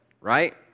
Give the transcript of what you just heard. right